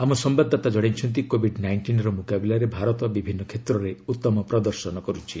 ଆମ ସମ୍ଭାଦଦାତା କଣାଇଛନ୍ତି କୋଭିଡ୍ ନାଇଷ୍ଟିନ୍ର ମୁକାବିଲାରେ ଭାରତ ବିଭିନ୍ନ କ୍ଷେତ୍ରରେ ଉତ୍ତମ ପ୍ରଦର୍ଶନ କରୁଛି